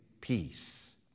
peace